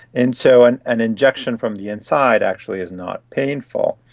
and so and an injection from the inside actually is not painful,